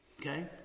Okay